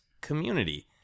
Community